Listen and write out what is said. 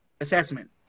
assessment